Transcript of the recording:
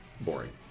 boring